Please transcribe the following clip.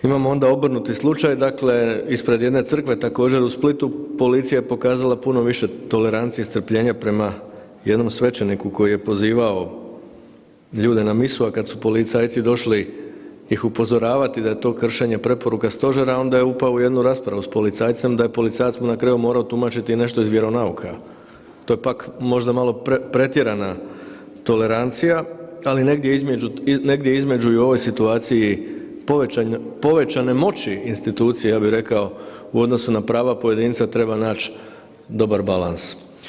Imamo onda obrnuti slučaj, dakle ispred jedne crkve također u Splitu policija je pokazala puno više tolerancije, strpljenja prema jednom svećeniku koji je pozivao ljude na misu, a kad su policajci došli ih upozoravati da je to kršenje preporuka stožera onda je upao u jednu raspravu s policajcem da je policajac mu na kraju morao tumačiti nešto iz vjeronauka, to je pak malo možda pretjerana tolerancija, ali negdje između i u ovoj situaciji povećane moći institucija ja bi rekao u odnosu na prava pojedinca treba naći dobar balans.